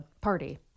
party